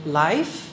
life